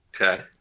Okay